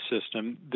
system